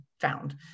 found